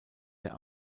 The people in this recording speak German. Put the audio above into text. der